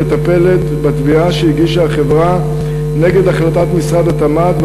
המטפלת בתביעה שהגישה החברה נגד החלטת משרד התמ"ת,